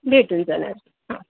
भेटून जाणार हा